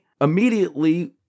immediately